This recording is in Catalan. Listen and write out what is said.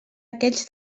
aquells